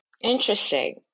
Interesting